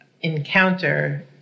encounter